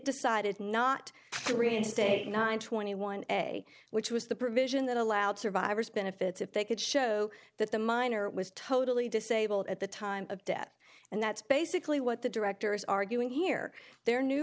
decided not to reinstate not twenty one day which was the provision that allowed survivors benefits if they could show that the minor was totally disabled at the time of death and that's basically what the director is arguing here their new